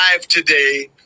today